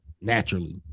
naturally